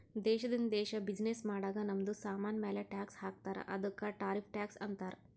ದೇಶದಿಂದ ದೇಶ್ ಬಿಸಿನ್ನೆಸ್ ಮಾಡಾಗ್ ನಮ್ದು ಸಾಮಾನ್ ಮ್ಯಾಲ ಟ್ಯಾಕ್ಸ್ ಹಾಕ್ತಾರ್ ಅದ್ದುಕ ಟಾರಿಫ್ ಟ್ಯಾಕ್ಸ್ ಅಂತಾರ್